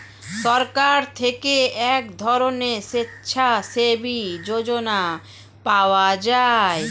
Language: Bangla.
সরকার থেকে এক ধরনের স্বেচ্ছাসেবী যোজনা পাওয়া যায়